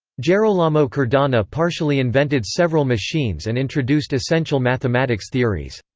gerolamo cardano partially invented several machines and introduced essential mathematics theories.